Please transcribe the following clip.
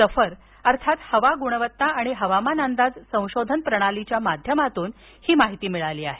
सफर अर्थात हवा गुणवत्ता आणि हवामान अंदाज संशोधन प्रणालीच्या माध्यमातून ही माहिती मिळाली आहे